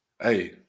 Hey